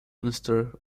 minister